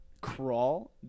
crawl